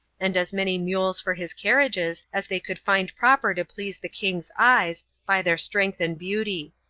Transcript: and as many mules for his carriages as they could find proper to please the king's eyes, by their strength and beauty.